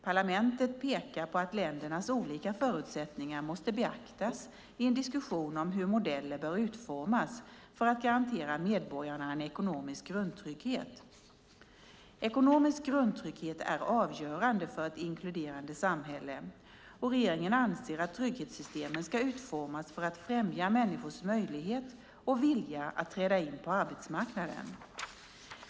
Parlamentet pekar på att ländernas olika förutsättningar måste beaktas i en diskussion om hur modeller bör utformas för att garantera medborgarna en ekonomisk grundtrygghet. Ekonomisk grundtrygghet är avgörande för ett inkluderande samhälle och regeringen anser att trygghetssystemen ska utformas för att främja människors möjlighet och vilja att träda in på arbetsmarknaden.